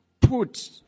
put